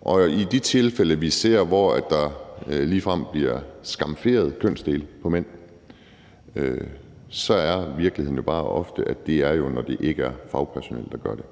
og i de tilfælde, hvor vi ser, at mænds kønsdele ligefrem bliver skamferet, så er virkeligheden jo bare ofte, at det sker, når det ikke er fagpersonale, der gør det.